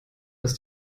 ist